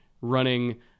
running